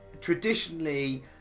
Traditionally